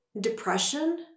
depression